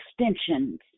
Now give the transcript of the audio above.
extensions